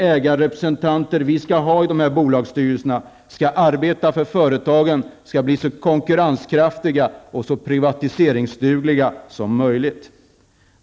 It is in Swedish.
Ägarrepresentanterna i bolagsstyrelserna skall arbeta för att företagen skall bli så konkurrenskraftiga och privatiseringsdugliga som möjligt.